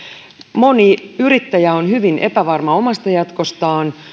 moni yrittäjä on hyvin epävarma omasta jatkostaan